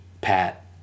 Pat